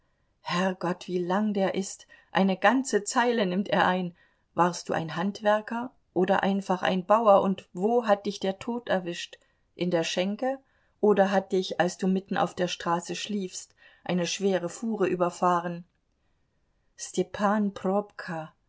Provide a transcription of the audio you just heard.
herrgott wie lang der ist eine ganze zeile nimmt er ein warst du ein handwerker oder einfach ein bauer und wo hat dich der tod erwischt in der schenke oder hat dich als du mitten auf der straße schliefst eine schwere fuhre überfahren stepan probka